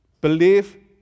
believe